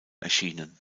erschienen